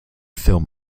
film